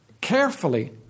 carefully